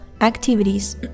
Activities